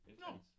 No